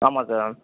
ஆமாம் சார்